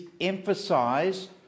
emphasise